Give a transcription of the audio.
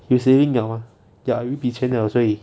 有 saving liao mah 有一笔钱了所以